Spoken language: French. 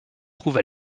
trouve